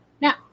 now